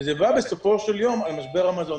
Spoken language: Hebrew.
וזה בא בסופו של יום למשבר מזון.